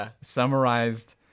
summarized